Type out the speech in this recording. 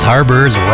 Harbor's